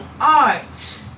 art